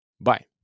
Bye